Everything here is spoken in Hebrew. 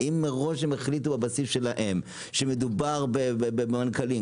אם מראש החליטו בבסיס שלהם שמדובר במנכ"לים.